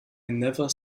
never